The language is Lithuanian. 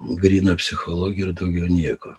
gryna psichologija ir daugiau nieko